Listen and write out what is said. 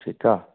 ठीकु आहे